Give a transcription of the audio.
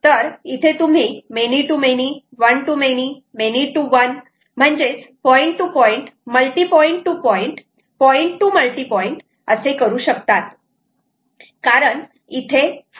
तर इथे तुम्ही many to many one to many many to one म्हणजे point to point multi point to point point to multi point असे करू शकतात कारण इथे 4